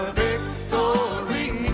victory